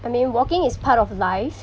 I mean walking is part of life